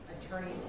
attorney